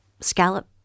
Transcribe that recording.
scallop